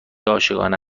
عاشقانه